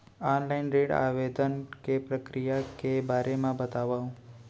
Online ऋण आवेदन के प्रक्रिया के बारे म बतावव?